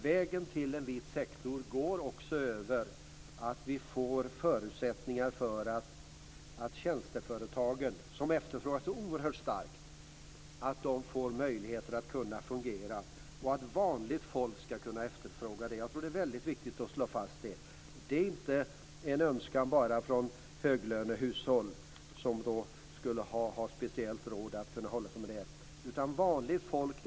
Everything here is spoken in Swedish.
Vägen till en vit sektor går också över att tjänsteföretagen, som efterfrågas så oerhört starkt, får förutsättningar att fungera. Vanligt folk skall kunna efterfråga deras tjänster. Jag tror att det är väldigt viktigt att slå fast det. Det är inte en önskan bara från höglönehushåll, som speciellt skulle ha råd att hålla sig med dessa tjänster. Det gäller även vanligt folk.